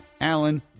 Allen